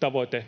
Tavoite